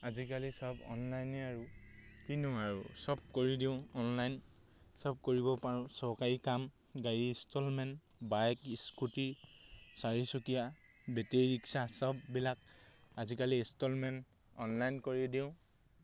আজিকালি চব অনলাইনে আৰু কিনো আৰু চব কৰি দিওঁ অনলাইন চব কৰিব পাৰোঁ চৰকাৰী কাম গাড়ী ইনষ্টলমেণ্ট বাইক ইস্কুটীৰ চাৰিচুকীয়া বেটেৰী ৰিক্সা চববিলাক আজিকালি ইনষ্টলমেণ্ট অনলাইন কৰি দিওঁ